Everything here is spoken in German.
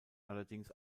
allerdings